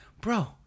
bro